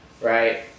right